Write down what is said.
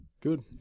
Good